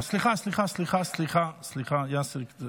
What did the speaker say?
סליחה, סליחה, סליחה, סליחה, יאסר.